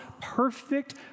perfect